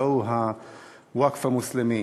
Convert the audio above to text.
הלוא הוא הווקף המוסלמי.